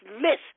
list